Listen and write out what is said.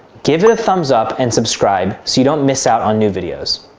give it a thumbs up and subscribe so you don't miss out on new videos.